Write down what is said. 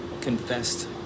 confessed